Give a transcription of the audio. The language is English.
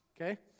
Okay